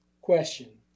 question